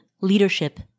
leadership